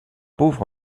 pauvre